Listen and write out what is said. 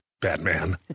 Batman